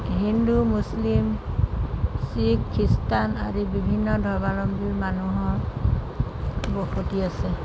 হিন্দু মুছলিম শিখ খ্ৰীষ্টান আদি বিভিন্ন ধৰ্মাৱলম্বী মানুহৰ বসতি আছে